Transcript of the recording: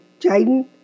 Jaden